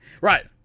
Right